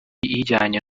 ijyanye